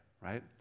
right